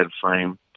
frame